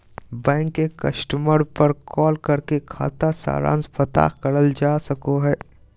bank के customer पर call करके खाता सारांश पता करल जा सको हय